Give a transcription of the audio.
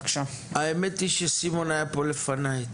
האמת היא שסימון היה כאן לפניי,